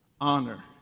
Honor